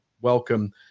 welcome